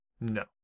no